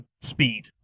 speed